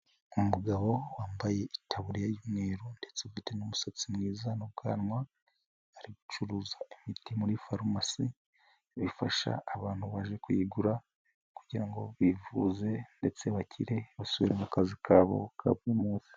Umugabo wambaye itaburiya y'umweru ndetse ufite n'umusatsi mwiza n'ubwanwa, ari gucuruza imiti muri farumasi bifasha abantu baje kuyigura kugira ngo bivuze ndetse bakire basubira mu kazi kabo ka buri munsi.